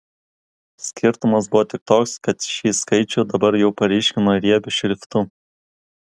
skirtumas buvo tik toks kad šį skaičių dabar jau paryškino riebiu šriftu